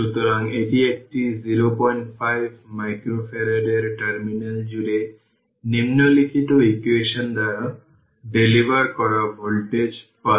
সুতরাং এটি 75 e 25 t volt এবং ix vx15 কারণ এটি 15 Ω রেজিস্ট্যান্স জুড়ে ভোল্টেজটি vx